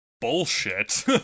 bullshit